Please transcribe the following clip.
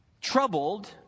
troubled